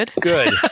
good